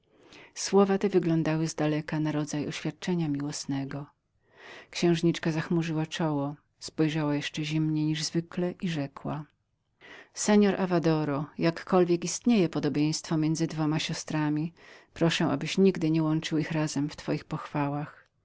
słowa te wyglądały zdaleka na cień oświadczenia miłosnego księżniczka zachmurzyła czoło przybrała jeszcze zimniejszą postać niż zwykle i rzekła seor avadoro jakiekolwiek podobieństwo istnieje między dwoma siostrami proszę abyś nigdy nie łączył ich razem w twoich pochwałach